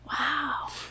wow